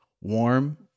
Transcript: warm